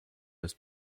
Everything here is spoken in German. des